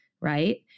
Right